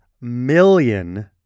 million